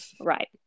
Right